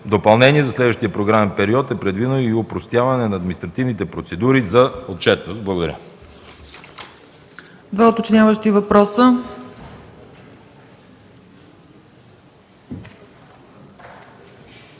допълнение – за следващия програмен период е предвидено и опростяване на административните процедури за отчетност. Благодаря. ПРЕДСЕДАТЕЛ ЦЕЦКА